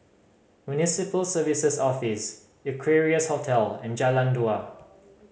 Municipal Services Office Equarius Hotel and Jalan Dua